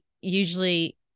usually